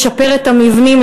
לשפר את המבנים,